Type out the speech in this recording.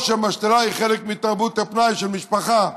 או שמשתלה היא חלק מתרבות הפנאי של משפחה,